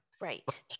Right